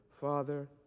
Father